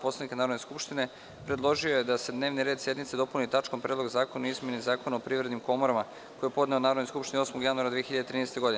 Poslovnika Narodne skupštine, predložio je da se dnevni red sednice dopuni tačkom - Predlog zakona o izmeni Zakona o privrednim komorama, koji je podneo Narodnoj skupštini 8. januara 2013. godine.